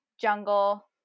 jungle